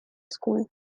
school